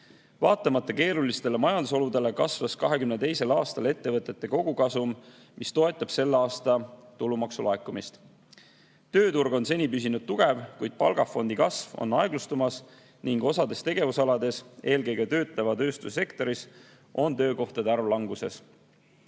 keerulistele majandusoludele kasvas 2022. aastal ettevõtete kogukasum, mis toetab selle aasta tulumaksu laekumist. Tööturg on seni püsinud tugev, kuid palgafondi kasv on aeglustumas ning osas tegevusalades, eelkõige töötleva tööstuse sektoris, on töökohtade arv languses.